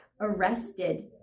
arrested